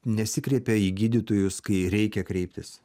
nesikreipia į gydytojus kai reikia kreiptis